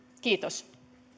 kiitos